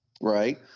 Right